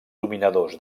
dominadors